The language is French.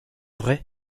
vrai